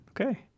Okay